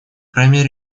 крайней